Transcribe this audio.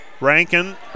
Rankin